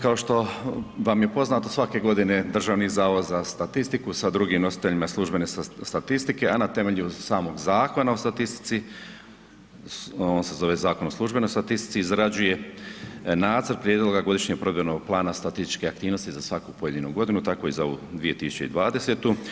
Kao što vam je poznato, svake godine Državni zavod za statistiku sa drugim nositeljima službene statistike, a na temelju samog Zakona o statistici, on se zove Zakon o službenoj statistici, izrađuje nacrt prijedloga Godišnjeg provedbenoga plana statističke aktivnosti za svaku pojedinu godina, tako i za ovu 2020.